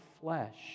flesh